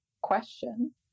question